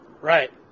Right